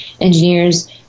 engineers